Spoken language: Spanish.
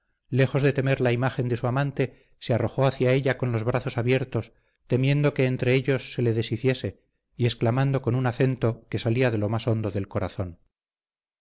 lejos de temer la imagen de su amante se arrojó hacia ella con los brazos abiertos temiendo que entre ellos se le deshiciese y exclamando con un acento que salía de lo más hondo del corazón